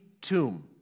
tomb